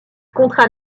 contre